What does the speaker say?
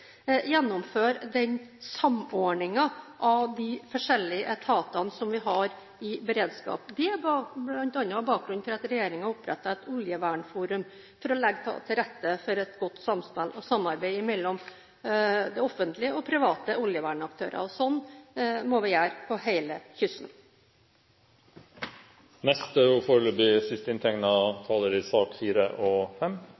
gjennomføre samordningen av de forskjellige etatene som vi har innen beredskap. Det var bl.a. bakgrunnen for at regjeringen opprettet et oljevernforum, for å legge til rette for et godt samspill og samarbeid mellom de offentlige og de private oljevernaktørene. Sånn må vi gjøre langs hele kysten.